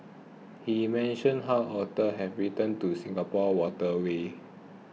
he mentions how otters have returned to Singapore's waterways